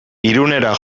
irunera